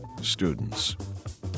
students